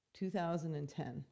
2010